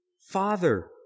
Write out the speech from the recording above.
Father